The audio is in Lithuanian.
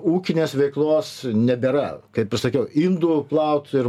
ūkinės veiklos nebėra kaip ir sakiau indų plaut ir